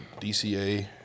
DCA